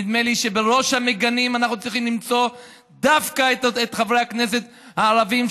נדמה לי שבראש המגנים אנחנו צריכים למצוא דווקא את חברי הכנסת הערבים,